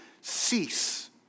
cease